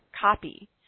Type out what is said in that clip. copy